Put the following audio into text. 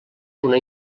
una